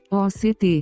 oct